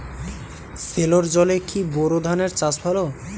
সেলোর জলে কি বোর ধানের চাষ ভালো?